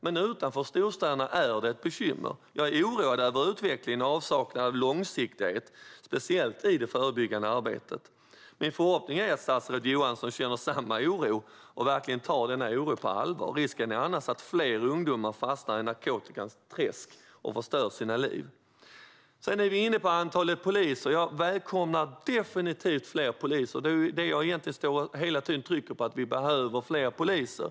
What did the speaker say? Men utanför storstäderna är det ett bekymmer. Jag är oroad över utvecklingen och avsaknaden av långsiktighet, speciellt i det förebyggande arbetet. Min förhoppning är att statsrådet Johansson känner samma oro och verkligen tar denna oro på allvar. Risken är annars att fler ungdomar fastnar i narkotikans träsk och förstör sina liv. Sedan kommer vi in på antalet poliser. Jag välkomnar definitivt fler poliser. Det är det jag egentligen hela tiden står och trycker på: Vi behöver fler poliser.